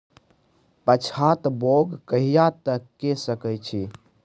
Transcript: पछात बौग कहिया तक के सकै छी?